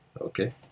okay